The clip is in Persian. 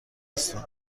هستن